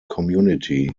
community